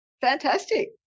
Fantastic